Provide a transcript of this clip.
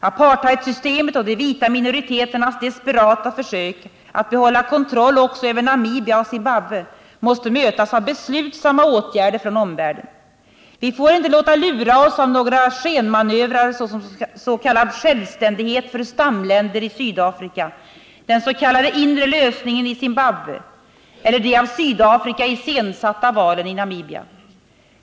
Apartheidsystemet och de vita minoriteternas desperata försök att behålla kontroll också över Namibia och Zimbabwe måste mötas av beslutsamma åtgärder från omvärlden. Vi får inte låta lura oss av några skenmanövrer såsom ”självständighet” för stamländer i Sydafrika, den ”inre lösningen” i Zimbabwe eller de av Sydafrika iscensatta ”valen” i Namibia.